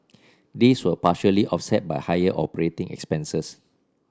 these were partially offset by higher operating expenses